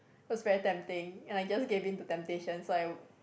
was very tempting and I just gave in to temptation so I would